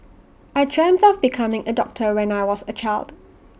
I dreamt of becoming A doctor when I was A child